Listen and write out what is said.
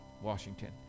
Washington